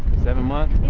seven months?